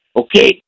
Okay